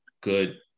Good